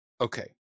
Okay